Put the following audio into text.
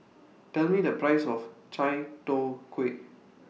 Tell Me The Price of Chai Tow Kuay